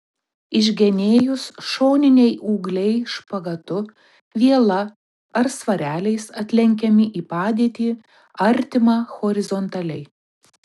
išgenėjus šoniniai ūgliai špagatu viela ar svareliais atlenkiami į padėtį artimą horizontaliai